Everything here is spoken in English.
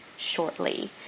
shortly